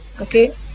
Okay